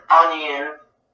onion